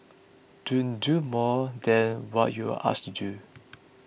don't do more than what you're asked to do